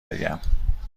بگم